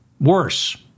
Worse